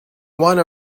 one